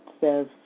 says